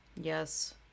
yes